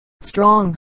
strong